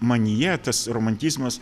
manyje tas romantizmas